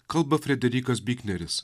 kalba frederikas bikneris